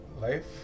life